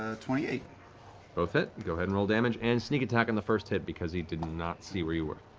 ah twenty eight. matt both hit. go ahead and roll damage, and sneak attack on the first hit because he did not see where you were.